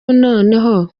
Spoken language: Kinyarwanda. noneho